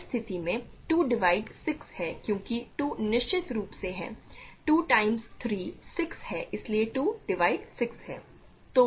इस स्थिति में 2 डिवाइड 6 है क्योंकि 2 निश्चित रूप से है 2 टाइम्स 3 6 है इसलिए 2डिवाइड 6 है